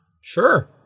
Sure